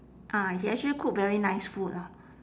ah he actually cook very nice food lah